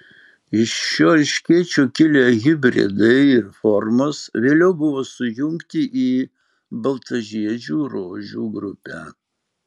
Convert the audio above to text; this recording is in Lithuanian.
iš šio erškėčio kilę hibridai ir formos vėliau buvo sujungti į baltažiedžių rožių grupę